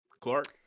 Clark